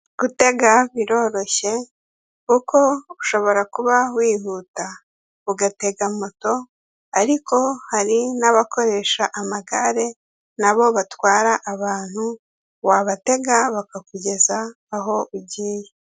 Gutega biroroshye kuko ushobora kuba wihuta ugatega moto, ariko hari n'abakoresha amagare nabo batwara abantu, wabatega bakakugeza aho ugiye.